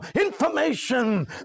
information